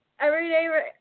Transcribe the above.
Everyday